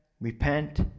repent